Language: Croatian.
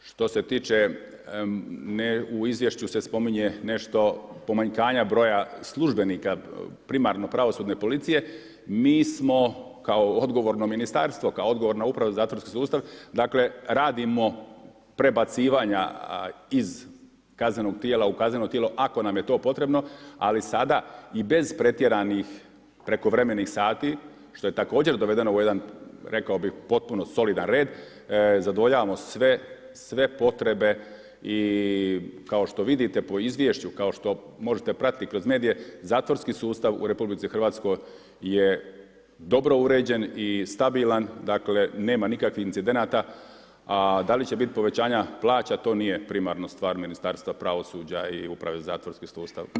Što se tiče, u izvješću se spominje nešto pomanjkanja broja službenika primarno pravosudne policije, mi smo kao odgovorno Ministarstvo, kao odgovorna Uprava za zatvorski sustav, dakle, radimo prebacivanja iz kaznenog tijela u kazneno tijelo ako nam je to potrebno, ali sada i bez pretjeranih prekovremenih sati, što je također dovedeno u jedan, rekao bih, potpuno solidan red, zadovoljavamo sve potrebe i kao što vidite po izvješću, kao što možete pratiti kroz medije, zatvorski sustav u RH je dobro uređen i stabilan, dakle, nema nikakvih incidenata, a da li će biti povećanja plaća, to nije primarno stvar Ministarstva pravosuđa i Uprave za zatvorski sustav.